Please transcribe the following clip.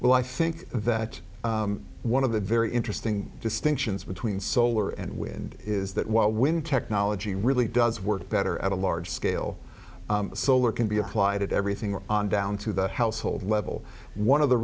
well i think that one of the very interesting distinctions between solar and wind is that while wind technology really does work better at a large scale solar can be applied to everything on down to the household level one of the